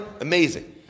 amazing